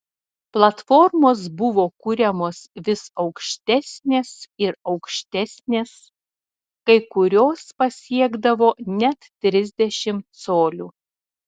platformos buvo kuriamos vis aukštesnės ir aukštesnės kai kurios pasiekdavo net trisdešimt colių